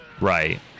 Right